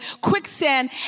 quicksand